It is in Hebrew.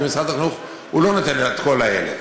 כי משרד החינוך לא נותן את כל ה-1,000.